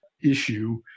issue